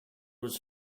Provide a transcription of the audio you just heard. was